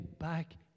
back